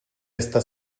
esta